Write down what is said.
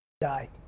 die